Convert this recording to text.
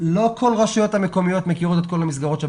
לא כל הרשויות המקומיות מכירות את כל המסגרות.